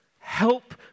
Help